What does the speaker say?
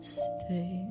stay